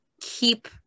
keep